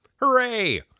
Hooray